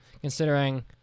considering